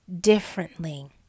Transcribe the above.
differently